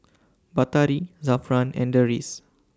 Batari Zafran and Deris